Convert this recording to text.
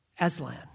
Aslan